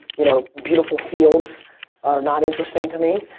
you know beautiful fields are not interesting to me.